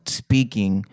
speaking